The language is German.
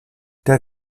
der